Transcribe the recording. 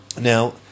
Now